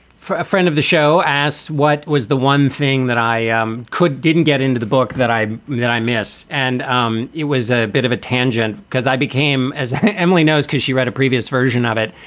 for a friend of the show, asked what was the one thing that i um could didn't get into the book that i that i miss. and um it was a bit of a tangent because i became, as emily knows, because she read a previous version of it.